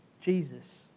Jesus